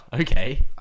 okay